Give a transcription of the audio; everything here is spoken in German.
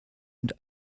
mit